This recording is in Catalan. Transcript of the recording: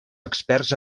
experts